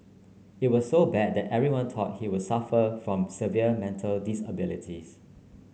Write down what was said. it was so bad that everyone thought he would suffer from severe mental disabilities